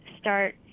start